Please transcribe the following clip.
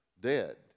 dead